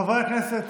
חברי הכנסת,